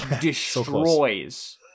destroys